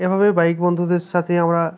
এভাবে বাইক বন্ধুদের সাথে আমরা